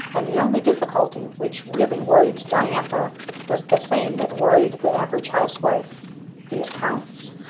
and the only difficulty which really worried diantha was the same that worried the average housewife the accounts.